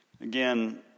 Again